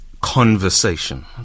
conversation